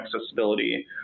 accessibility